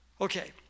okay